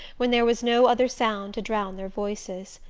when there was no other sound to drown their voices.